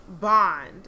Bond